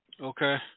Okay